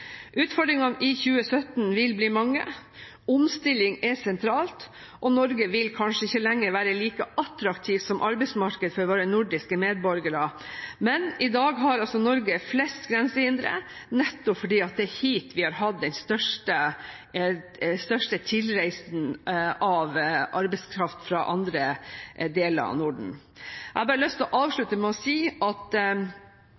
Utfordringene i 2017 vil bli mange. Omstilling er sentralt – og Norge vil kanskje ikke lenger være like attraktivt som arbeidsmarked for våre nordiske medborgere. Men i dag har altså Norge flest grensehindre nettopp fordi det er hit vi har hatt den største tilreising av arbeidskraft fra andre deler av Norden. Jeg har bare lyst til å